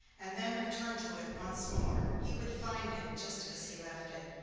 and then return to it once more, he would find it just as he left it,